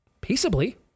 peaceably